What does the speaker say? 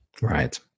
Right